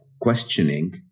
questioning